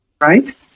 right